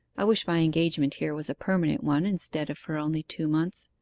i wish my engagement here was a permanent one instead of for only two months.